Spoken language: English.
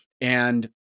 And-